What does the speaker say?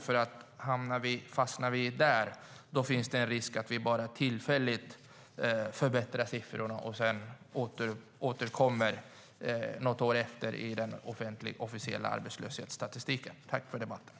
Om vi fastnar i subventioner finns det risk för att vi bara tillfälligt förbättrar siffrorna, och sedan återkommer de arbetslösa i den officiella arbetslöshetsstatistiken något år senare.